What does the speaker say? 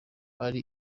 ari